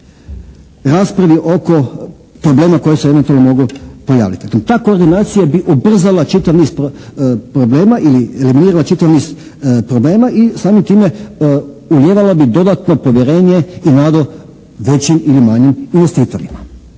raspravi oko problema koji se eventualno mogu pojaviti. Ta koordinacija bi ubrzala čitav niz problema ili eliminirala čitav niz problema i samim time ulijevala bi dodatno povjerenje i nadu većim ili manjim investitorima.